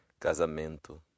Casamento